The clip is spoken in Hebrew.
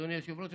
אדוני היושב-ראש.